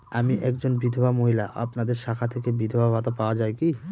আমি একজন বিধবা মহিলা আপনাদের শাখা থেকে বিধবা ভাতা পাওয়া যায় কি?